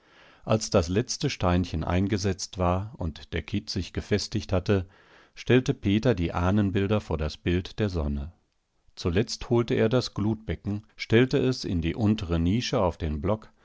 als das letzte steinchen eingesetzt war und der kitt sich gefestigt hatte stellte peter die ahnenbilder vor das bild der sonne zuletzt holte er das glutbecken stellte es in die untere nische auf den block